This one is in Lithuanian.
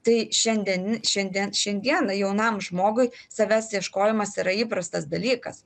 tai šiandien šiandien šiandieną jaunam žmogui savęs ieškojimas yra įprastas dalykas